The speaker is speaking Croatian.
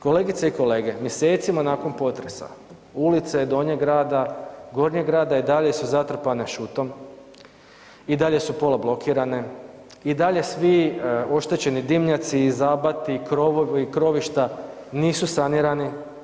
Kolegice i kolege mjesecima nakon potresa ulice Donjeg grada, Gornjeg grada i dalje su zatrpane šutom i dalje su pola blokirane i dalje svi oštećeni dimnjaci, zabati, krovovi i krovišta nisu sanirani.